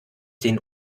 den